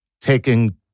taking